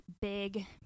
big